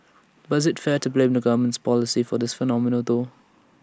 but is IT fair to blame the government's policy for this phenomenon though